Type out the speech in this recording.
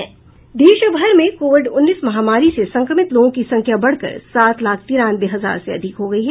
देश भर में कोविड उन्नीस महामारी से संक्रमित लोगों की संख्या बढ़कर सात लाख तिरानवे हजार से अधिक हो गयी है